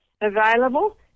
available